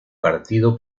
partido